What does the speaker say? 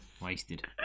Wasted